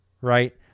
right